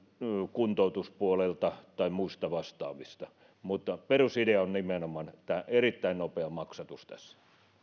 kuntoutuspuolelta tai muista vastaavista mutta perusidea on nimenomaan että on erittäin nopea maksatus tässä